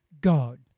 God